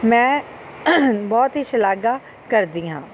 ਮੈਂ ਬਹੁਤ ਹੀ ਸ਼ਲਾਘਾ ਕਰਦੀ ਹਾਂ